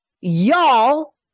Y'all